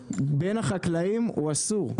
האופקי בין החקלאים הוא אסור.